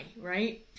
right